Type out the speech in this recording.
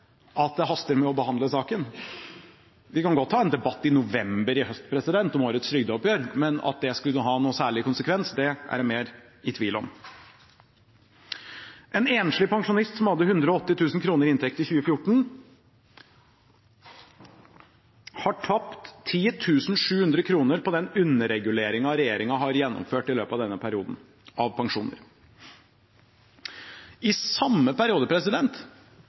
at det haster med å behandle saken. Vi kan godt ta en debatt i november i høst om årets trygdeoppgjør, men at det skulle ha noen særlig konsekvens, er jeg mer i tvil om. En enslig pensjonist som hadde 180 000 kr i inntekt i 2014, har tapt 10 700 kr på underreguleringen regjeringen har gjennomført av pensjoner i løpet av denne perioden. I samme periode